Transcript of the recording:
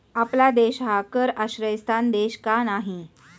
आपला देश हा कर आश्रयस्थान देश का नाही?